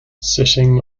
sitting